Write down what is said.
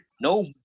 No